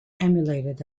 emulated